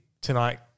tonight